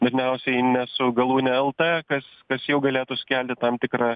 dažniausiai ne su galūne lt kas kas jau galėtų sukelti tam tikrą